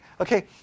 Okay